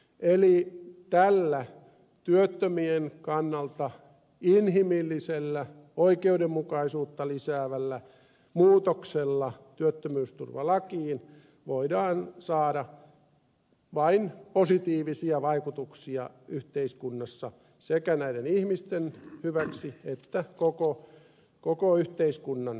eli tällä työttömien kannalta inhimillisellä oikeudenmukaisuutta lisäävällä muutoksella työttömyysturvalakiin voidaan saada vain positiivisia vaikutuksia yhteiskunnassa sekä näiden ihmisten hyväksi että koko yhteiskunnan hyväksi